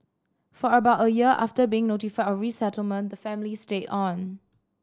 for about a year after being notified of resettlement the family stayed on